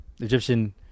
Egyptian